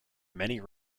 many